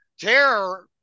terror